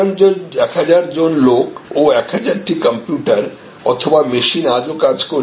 1000 জন লোক ও 1000 টি কম্পিউটার অথবা মেশিন আজও কাজ করছে